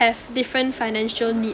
have different financial needs